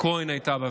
כהן הייתה בה,